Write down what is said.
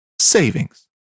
savings